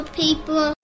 people